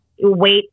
wait